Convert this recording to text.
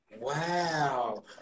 Wow